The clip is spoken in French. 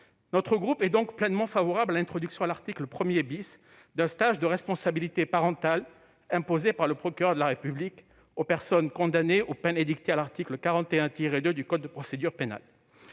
Notre groupe est pleinement favorable à l'introduction à l'article 1 d'un stage de responsabilité parentale imposé par le procureur de la République aux personnes condamnées, parmi les peines édictées à l'article 41-2 du code de procédure pénale.